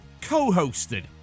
co-hosted